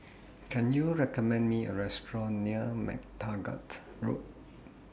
Can YOU recommend Me A Restaurant near MacTaggart Road